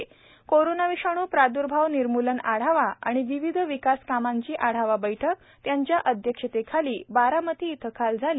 corona विषाणू प्रार्द्भाव निर्मूलन आढावा आणि विविध विकास कामांची आढावा बछक त्यांच्या अध्यक्षतेखाली बारामती इथं काल झाली